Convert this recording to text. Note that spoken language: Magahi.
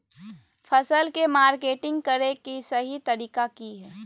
फसल के मार्केटिंग करें कि सही तरीका की हय?